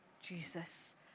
Jesus